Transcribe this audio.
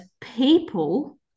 people